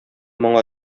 моңа